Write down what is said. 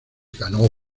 ganó